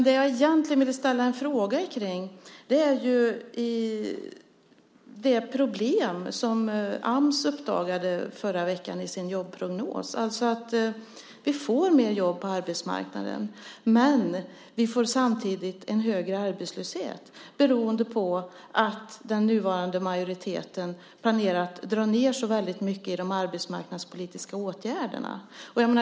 Det jag egentligen ville fråga om är det problem som Ams uppdagade i förra veckan i sin jobbprognos. Vi får flera jobb på arbetsmarknaden, men vi får samtidigt en högre arbetslöshet beroende på att den nuvarande majoriteten planerar att dra ned så mycket i de arbetsmarknadspolitiska åtgärderna.